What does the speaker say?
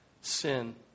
sin